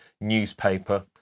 newspaper